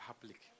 public